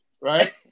right